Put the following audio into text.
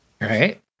Right